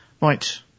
Right